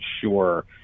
sure